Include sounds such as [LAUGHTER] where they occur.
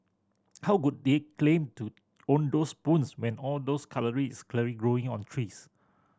how could they claim to own those spoons when all those [UNINTELLIGIBLE] growing on trees